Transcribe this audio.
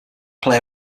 play